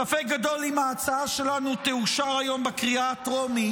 ספק גדול אם ההצעה שלנו תאושר היום בקריאה הטרומית,